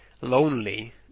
lonely